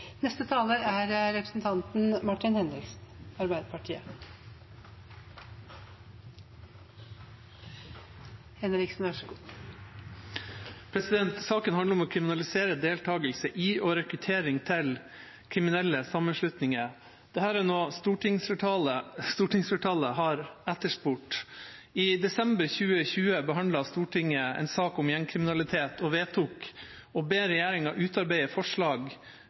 Saken handler om å kriminalisere deltakelse i og rekruttering til kriminelle sammenslutninger. Dette er noe stortingsflertallet har etterspurt. I desember 2020 behandlet Stortinget en sak om gjengkriminalitet og vedtok å be regjeringa utarbeide forslag